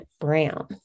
Brown